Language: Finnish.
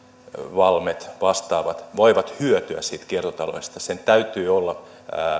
valmet ja vastaavat voivat hyötyä siitä kiertotaloudesta sen täytyy olla